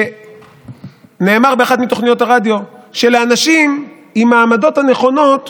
נאמר באחת מתוכניות הרדיו שלאנשים עם העמדות הנכונות